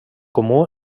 comú